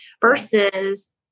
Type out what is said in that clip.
versus